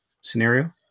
scenario